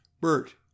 bert